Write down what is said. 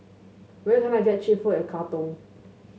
where can I get cheap food in Khartoum